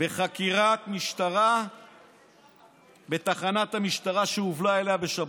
בחקירת משטרה בתחנת המשטרה שהובלה אליה בשבת.